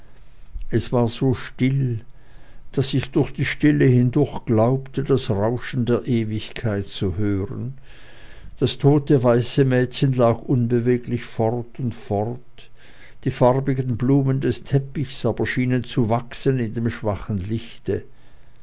es war so still daß ich durch die stille hindurch glaubte das rauschen der ewigkeit zu hören das tote weiße mädchen lag unbeweglich fort und fort die farbigen blumen des teppichs aber schienen zu wachsen in dem schwachen lichte